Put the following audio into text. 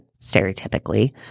stereotypically